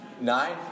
nine